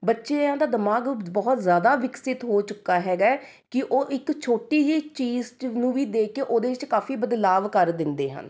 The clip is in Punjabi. ਬੱਚਿਆਂ ਦਾ ਦਿਮਾਗ ਬਹੁਤ ਜ਼ਿਆਦਾ ਵਿਕਸਿਤ ਹੋ ਚੁੱਕਾ ਹੈਗਾ ਹੈ ਕਿ ਉਹ ਇੱਕ ਛੋਟੀ ਜਿਹੀ ਚੀਜ਼ 'ਚ ਨੂੰ ਵੀ ਦੇਖ ਕੇ ਉਹਦੇ ਵਿੱਚ ਕਾਫ਼ੀ ਬਦਲਾਵ ਕਰ ਦਿੰਦੇ ਹਨ